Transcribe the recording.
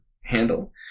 handle